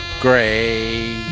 gray